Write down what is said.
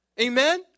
Amen